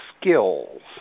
skills